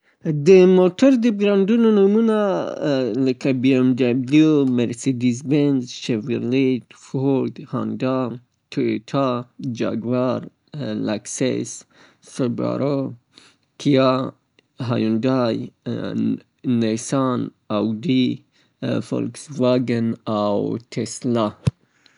د موټر د برنډونو نمومونه لکه تویوتا، فورد، هندا، شاورلیت، بی ام ډبلو یا بي ام وې، مرسیدیز بنز، آوډی، نیسان، فلکس واګن، هایندای، سابارو، کیا، جاګوار، لند روور او میتسبیشی، لکسس، پورش.